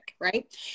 right